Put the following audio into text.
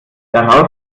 daraus